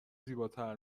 زیباتر